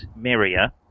Miria